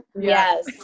Yes